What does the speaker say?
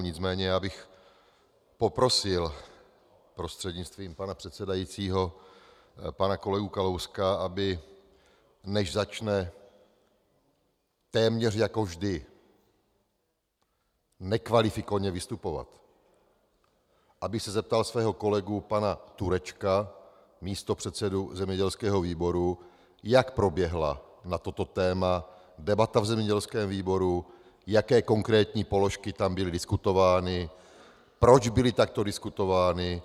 Nicméně bych poprosil prostřednictvím pana předsedajícího pana kolegu Kalouska, aby se, než začne téměř jako vždy nekvalifikovaně vystupovat, zeptal svého kolegy pana Turečka, místopředsedy zemědělského výboru, jak proběhla na toto téma debata v zemědělském výboru, jaké konkrétní položky tam byly diskutovány, proč byly takto diskutovány.